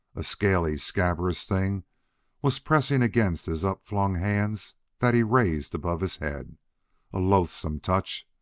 a scaly, scabrous thing was pressing against his upflung hands that he raised above his head a loathsome touch!